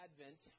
Advent